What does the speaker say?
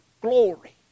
glory